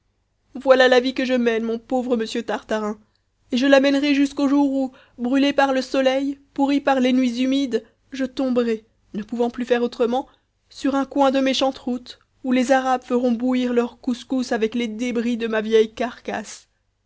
voilà la vie que je mène mon pauvre monsieur tartarin et je la mènerai jusqu'an jour où brûlée par le soleil pourrie par les nuits humides je tomberai ne pouvant plus faire autrement sur un coin de méchante route où les arabes feront bouillir leur kousskouss avec les débris de ma vieille carcasse